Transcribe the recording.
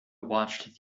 watched